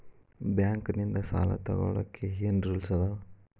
Bank ನಿಂದ್ ಸಾಲ ತೊಗೋಳಕ್ಕೆ ಏನ್ ರೂಲ್ಸ್ ಅದಾವ?